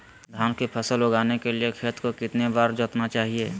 धान की फसल उगाने के लिए खेत को कितने बार जोतना चाइए?